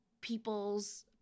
people's